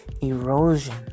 erosion